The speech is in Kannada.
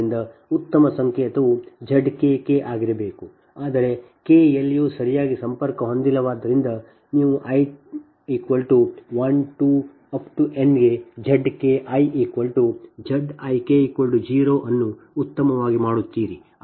ಆದ್ದರಿಂದ ಉತ್ತಮ ಸಂಕೇತವು Z kk ಆಗಿರಬೇಕು ಆದರೆ k ಎಲ್ಲಿಯೂ ಸರಿಯಾಗಿ ಸಂಪರ್ಕ ಹೊಂದಿಲ್ಲವಾದ್ದರಿಂದ ನೀವು i 12 n ಗೆ Z ki Z ik 0 ಅನ್ನು ಉತ್ತಮವಾಗಿ ಮಾಡುತ್ತೀರಿ